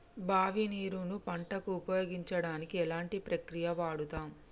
బావి నీరు ను పంట కు ఉపయోగించడానికి ఎలాంటి ప్రక్రియ వాడుతం?